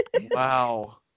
Wow